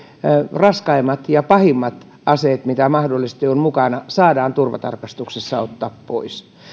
raskaimmat ja pahimmat aseet mitä mahdollisesti on mukana saadaan turvatarkastuksessa ottaa pois